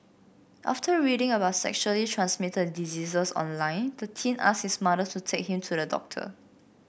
after reading about sexually transmitted diseases online the teen asked his mother to take him to the doctor